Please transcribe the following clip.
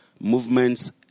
movements